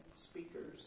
speakers